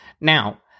Now